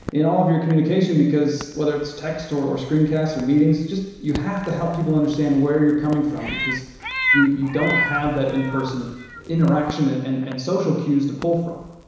in all of your communication, because whether it's tests or or screen casts or meetings, just you have to help people understand where you're coming from, because you you don't have that in-person interaction and and and social queues to pull from.